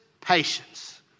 patience